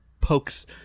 pokes